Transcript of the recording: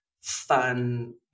fun